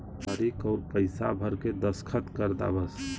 तारीक अउर पइसा भर के दस्खत कर दा बस